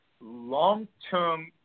long-term